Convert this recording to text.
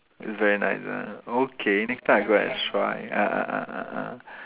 it's very nice ah okay next time I go and try ah ah ah ah ah